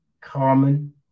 Carmen